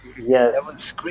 Yes